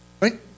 Right